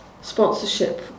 sponsorship